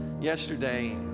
Yesterday